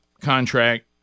contract